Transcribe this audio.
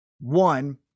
One